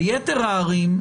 ביתר הערים,